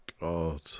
God